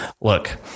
look